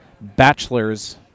bachelors